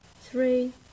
three